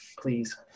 Please